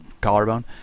collarbone